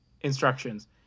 instructions